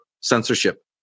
censorship